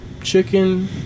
chicken